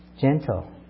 gentle